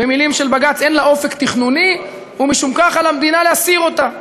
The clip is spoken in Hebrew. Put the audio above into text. במילים של בג"ץ: "אין לה אופק תכנוני" ומשום כך על המדינה להסיר אותה,